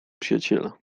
przyjaciela